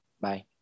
bye